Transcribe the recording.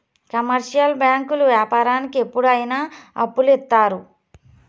commercial బ్యాంకులు వ్యాపారానికి ఎప్పుడు అయిన అప్పులు ఇత్తారు